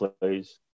plays